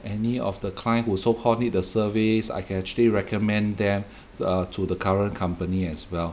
any of the client who so-called need the surveys I can actually recommend them uh to the current company as well